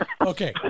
Okay